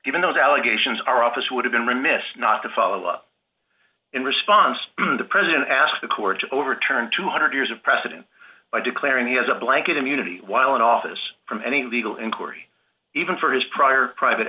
even though the allegations our office would have been remiss not to follow up in response the president asked the court to overturn two hundred years of precedent by declaring he has a blanket immunity while in office from any legal inquiry even for his prior private